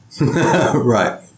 Right